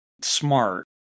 smart